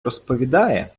розповідає